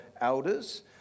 elders